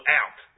out